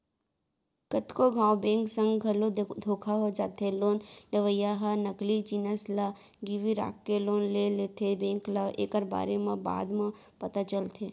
कतको घांव बेंक संग घलो धोखा हो जाथे लोन लेवइया ह नकली जिनिस ल गिरवी राखके लोन ले लेथेए बेंक ल एकर बारे म बाद म पता चलथे